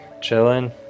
Chilling